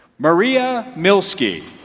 maria milski